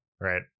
right